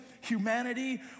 humanity